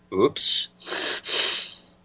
Oops